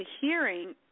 hearing